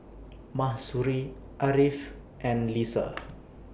Mahsuri Ariff and Lisa